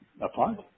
apart